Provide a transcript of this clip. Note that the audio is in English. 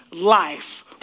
life